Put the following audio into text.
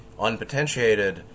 unpotentiated